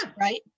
Right